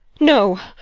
no,